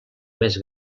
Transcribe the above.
més